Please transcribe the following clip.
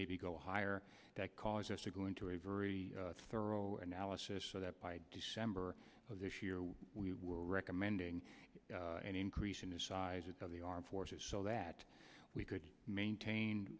maybe go higher that cause us to go into a very thorough analysis so that by december of this year we were recommending and increasing the size of the armed forces so that we could maintain